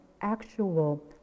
actual